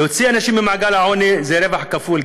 להוציא אנשים ממעגל העוני זה רווח כפול,